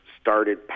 started